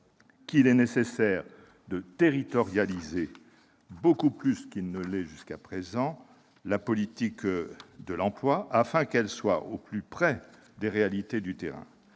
qu'il est nécessaire de territorialiser beaucoup plus qu'aujourd'hui la politique de l'emploi, afin qu'elle soit au plus près des réalités du terrain.